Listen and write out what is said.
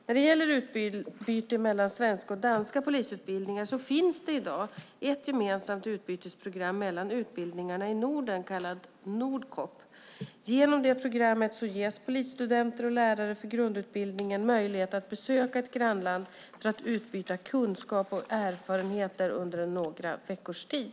När det gäller utbyte mellan svenska och danska polisutbildningar finns det i dag ett gemensamt utbytesprogram mellan utbildningarna i Norden, kallat Nordcop. Genom detta program ges polisstudenter och lärare för grundutbildningen möjlighet att besöka ett grannland för att utbyta kunskap och erfarenheter under några veckors tid.